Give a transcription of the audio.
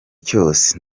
cyose